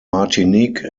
martinique